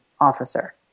officer